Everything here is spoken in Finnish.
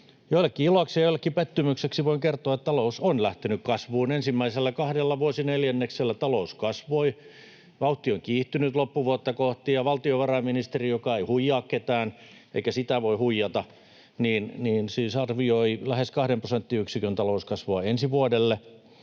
joillekin iloksi ja joillekin pettymykseksi voin kertoa, että talous on lähtenyt kasvuun. Ensimmäisellä kahdella vuosineljänneksellä talous kasvoi, vauhti on kiihtynyt loppuvuotta kohti. Ja valtiovarainministeri, joka ei huijaa ketään, eikä häntä voi huijata, siis arvioi lähes kahden prosenttiyksikön talouskasvua ensi vuodelle.